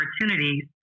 opportunities